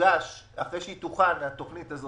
אחרי שהתוכנית תוכן,